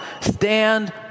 stand